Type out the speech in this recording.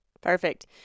Perfect